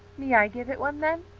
may i give it one then?